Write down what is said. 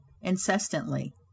incessantly